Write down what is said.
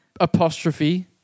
Apostrophe